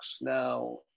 now